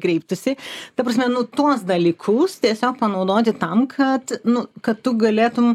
kreiptųsi ta prasme nu tuos dalykus tiesiog panaudoti tam kad nu kad tu galėtum